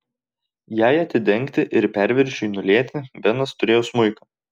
jai atidengti ir perviršiui nulieti benas turėjo smuiką